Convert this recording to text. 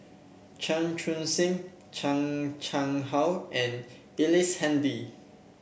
Chan Chun Sing Chan Chang How and Handy